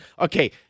Okay